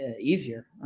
easier